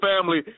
family